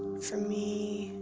for me,